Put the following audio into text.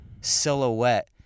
silhouette